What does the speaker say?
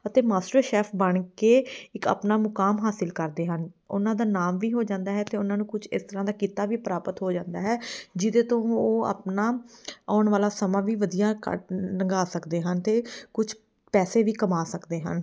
ਅਤੇ master chef ਬਣ ਕੇ ਇੱਕ ਆਪਣਾ ਮੁਕਾਮ ਹਾਸਿਲ ਕਰਦੇ ਹਨ ਉਹਨਾਂ ਦਾ ਨਾਮ ਵੀ ਹੋ ਜਾਂਦਾ ਹੈ ਅਤੇ ਉਹਨਾਂ ਨੂੰ ਕੁਝ ਇਸ ਤਰ੍ਹਾਂ ਦਾ ਕਿੱਤਾ ਵੀ ਪ੍ਰਾਪਤ ਹੋ ਜਾਂਦਾ ਹੈ ਜਿਹਦੇ ਤੋਂ ਉਹ ਆਪਣਾ ਆਉਣ ਵਾਲਾ ਸਮਾਂ ਵੀ ਵਧੀਆ ਕੱਢ ਲੰਘਾ ਸਕਦੇ ਹਨ ਅਤੇ ਕੁਛ ਪੈਸੇ ਵੀ ਕਮਾ ਸਕਦੇ ਹਨ